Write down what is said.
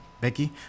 Becky